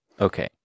Okay